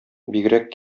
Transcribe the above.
бигрәк